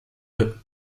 eux